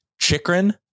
chikrin